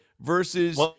versus